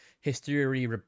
history